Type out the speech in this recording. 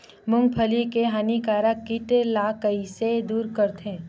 मूंगफली के हानिकारक कीट ला कइसे दूर करथे?